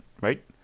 right